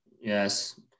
Yes